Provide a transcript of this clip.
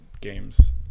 games